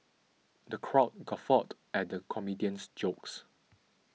the crowd guffawed at the comedian's jokes